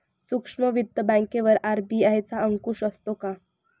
सूक्ष्म वित्त बँकेवर आर.बी.आय चा अंकुश असतो का?